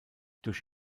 durch